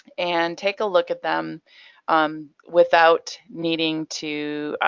and take a look at them um without needing to